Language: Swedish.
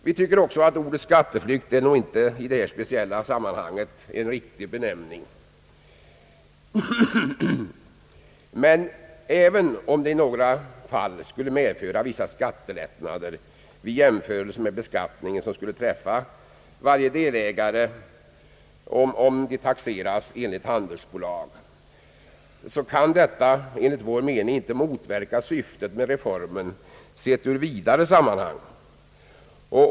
Vi tycker också att ordet skatteflykt i detta speciella sammanhang inte är rätt benämning, men även om förslaget i några fall skulle medföra vissa skattelättnader vid jämförelse med den beskattning som skulle träffa varje delägare, om de taxeras som handelsbolag, kan detta enligt vår mening inte motverka syftet med reformen, sett ur vidare sammanhang.